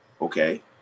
okay